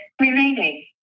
remaining